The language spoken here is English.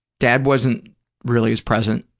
dad wasn't really as present.